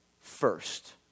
first